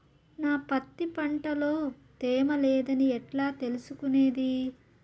నా పత్తి పంట లో తేమ లేదని ఎట్లా తెలుసుకునేది?